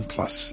Plus